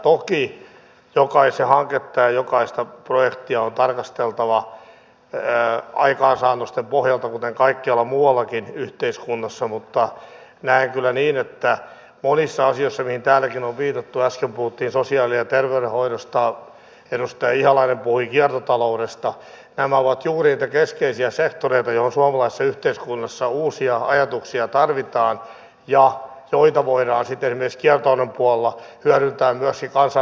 toki jokaista hanketta ja jokaista projektia on tarkasteltava aikaansaannosten pohjalta kuten kaikkialla muuallakin yhteiskunnassa mutta näen kyllä niin että monet asiat joihin täälläkin on viitattu äsken puhuttiin sosiaali ja terveydenhoidosta edustaja ihalainen puhui kiertotaloudesta ovat juuri niitä keskeisiä sektoreita joihin suomalaisessa yhteiskunnassa uusia ajatuksia tarvitaan ja joita voidaan sitten esimerkiksi kiertotalouden puolella hyödyntää myöskin kansainvälisen tason viennissä ja muussa